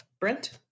Brent